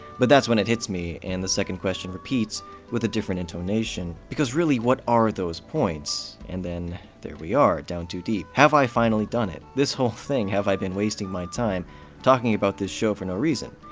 but that's when it hits me, and the second question repeats with a different intonation. because really, what are those points? and then, there we are, down too deep. have i finally done it? this whole thing, have i been wasting my time talking about this show for no reason?